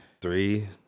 three